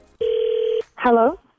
Hello